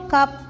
Cup